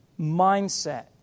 mindset